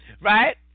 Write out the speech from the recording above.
right